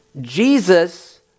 Jesus